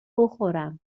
بخورم